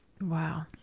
Wow